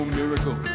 miracle